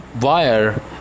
wire